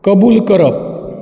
कबूल करप